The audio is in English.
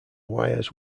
wires